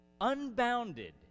unbounded